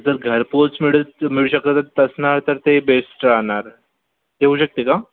जर घरपोच मिळे मिळू शकत असणार तर ते बेस्ट राहणार ते होऊ शकते का